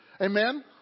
Amen